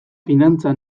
finantza